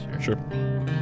Sure